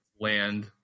land